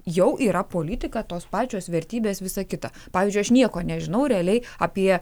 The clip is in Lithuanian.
jau yra politika tos pačios vertybės visa kita pavyzdžiui aš nieko nežinau realiai apie